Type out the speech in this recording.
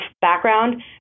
background